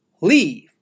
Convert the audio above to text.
leave